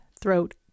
throat